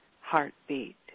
heartbeat